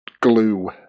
Glue